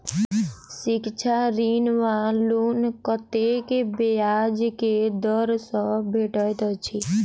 शिक्षा ऋण वा लोन कतेक ब्याज केँ दर सँ भेटैत अछि?